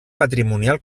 patrimonial